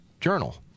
Journal